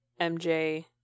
MJ